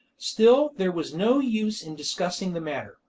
still there was no use in discussing the matter,